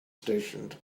stationed